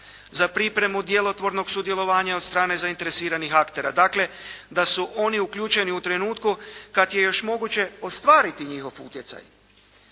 za pripremu djelotvornog sudjelovanja od strane zainteresiranih aktera. Dakle, da su oni uključeni u trenutku kad je još moguće ostvariti njihov utjecaj.